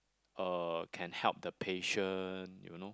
uh can help the patient you know